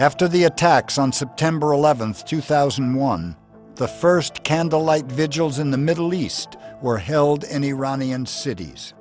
after the attacks on september eleventh two thousand and one the first candlelight vigils in the middle east were held in iranian cities